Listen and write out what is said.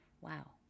Wow